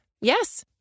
Yes